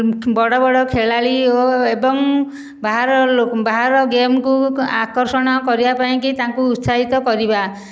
ବଡ଼ ବଡ଼ ଖେଳାଳି ଓ ଏବଂ ବାହାର ବାହାର ଗେମକୁ ଆକର୍ଷଣ କରିବା ପାଇଁକି ତାଙ୍କୁ ଉତ୍ସାହିତ କରିବା